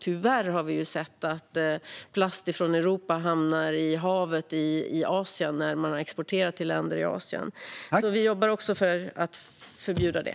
Tyvärr har vi sett att plast från Europa hamnar i havet i Asien när man har exporterat till länder i Asien. Vi jobbar alltså för att förbjuda det.